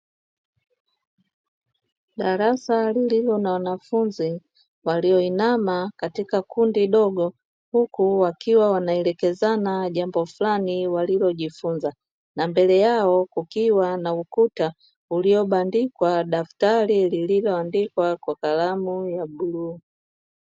Darasa lililo na wanafunzi walioinama katika kundi dogo, huku wakiwa wanaelekezana jambo fulani walilojifunza. Na mbele yao kukiwa na ukuta uliobandikwa daftari lililoandikwa kwa kalamu ya bluu.